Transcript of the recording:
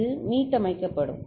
இது மீட்டமைக்கப்படும்